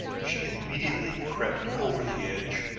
she immediately crept over the edge.